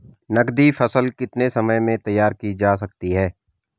नगदी फसल कितने समय में तैयार की जा सकती है?